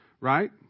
right